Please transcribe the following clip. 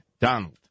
Donald